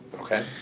okay